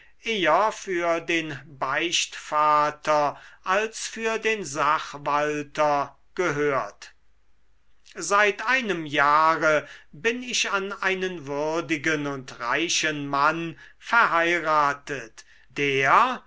eher für den beichtvater als für den sachwalter gehört seit einem jahre bin ich an einen würdigen und reichen mann verheiratet der